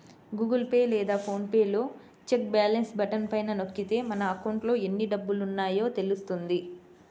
Google Pay లేదా PhonePe లో check balance button పైన నొక్కితే మన అకౌంట్లో ఎన్ని డబ్బులున్నాయో తెలుస్తుంది